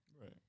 Right